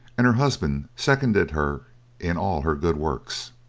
and her husband seconded her in all her good works.